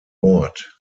bord